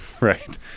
right